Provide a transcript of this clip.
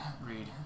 read